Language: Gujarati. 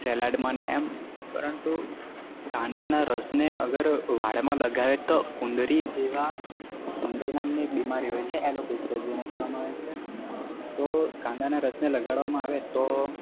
સેલડમાં ને એમ પરંતુ કાંદાનાં રસને અગર વાળમાં લગાવે તો ઉંદરી જેવા ઉંદરી નામની એક બીમારી હોય છે એલોપેશિયા જેને કહેવામાં આવે છે તો કાંદાના રસને લગાડવામાં આવે તો